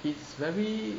it's very